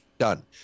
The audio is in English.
done